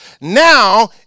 Now